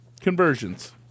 conversions